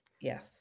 Yes